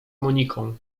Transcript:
moniką